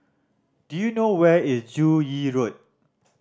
do you know where is Joo Yee Road